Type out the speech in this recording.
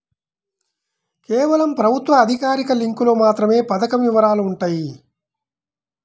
కేవలం ప్రభుత్వ అధికారిక లింకులో మాత్రమే పథకం వివరాలు వుంటయ్యి